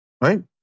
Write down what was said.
Right